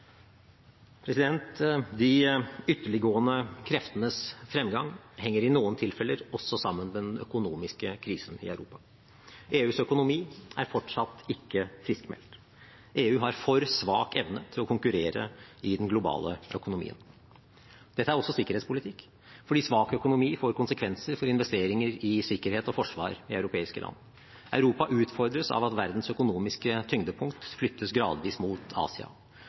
De ytterliggående kreftenes fremgang henger i noen tilfeller også sammen med den økonomiske krisen i Europa. EUs økonomi er fortsatt ikke friskmeldt. EU har for svak evne til å konkurrere i den globale økonomien. Dette er også sikkerhetspolitikk, fordi svak økonomi får konsekvenser for investeringer i sikkerhet og forsvar i europeiske land. Europa utfordres av at verdens økonomiske tyngdepunkt flyttes gradvis mot Asia.